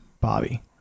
bobby